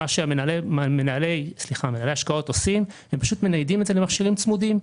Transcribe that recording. מנהלי השקעות פשוט מניידים את זה למכשירים צמודים.